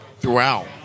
Throughout